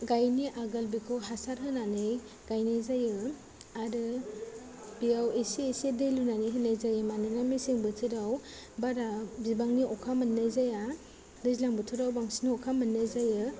गायिनि आगोल बेखौ हासार होनानै गायनाय जायो आरो बेयाव एसे एसे दै लुनानै होनाय जायो मानोना मेसें बोथोराव बारा बिबांनि अखा मोननाय जाया दैज्लां बोथोराव बांसिन अखा मोननाय जायो